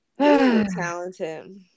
talented